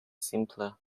simpler